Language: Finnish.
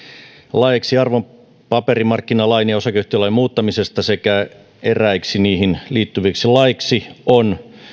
laiksi arvopaperimarkkinalain ja osakeyhtiölain muuttamisesta sekä eräiksi niihin liittyviksi laeiksi on